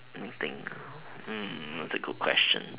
let me think that's a good question